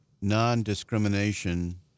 non-discrimination